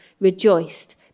rejoiced